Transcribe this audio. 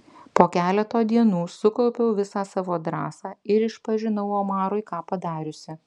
po keleto dienų sukaupiau visą savo drąsą ir išpažinau omarui ką padariusi